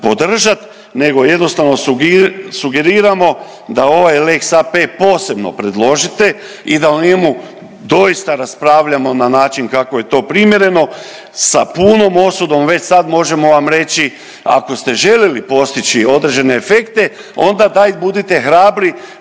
podržat nego jednostavno sugeriramo da ovaj lex AP posebno predložite i da o njemu doista raspravljamo na način kako je to primjereno. Sa punom osudom već sad možemo vam reći ako ste želili postići određene efekte onda daj budite hrabri